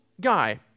guy